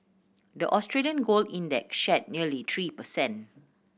the Australian gold index shed nearly three per cent